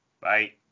Bye